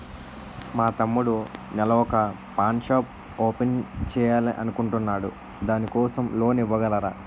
మా తమ్ముడు నెల వొక పాన్ షాప్ ఓపెన్ చేయాలి అనుకుంటునాడు దాని కోసం లోన్ ఇవగలరా?